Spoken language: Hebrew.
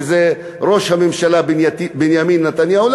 שזה ראש הממשלה בנימין נתניהו,